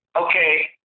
okay